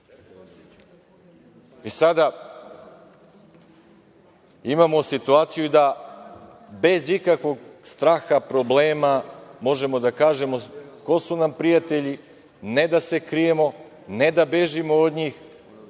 imamo situaciju da bez ikakvog straha, problema možemo da kažemo ko su nam prijatelji, ne da se krijemo, ne da bežimo od njih,